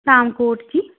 ਤਾਮਕੋਟ ਜੀ